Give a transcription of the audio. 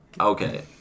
Okay